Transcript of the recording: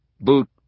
boot